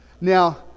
Now